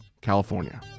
California